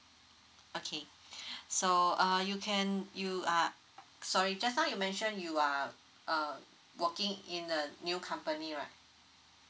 okay so uh you can you uh sorry just now you mentioned you are uh working in a new company right